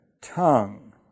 tongue